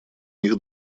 них